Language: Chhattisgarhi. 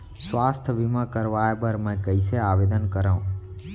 स्वास्थ्य बीमा करवाय बर मैं कइसे आवेदन करव?